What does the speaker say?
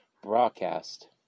Broadcast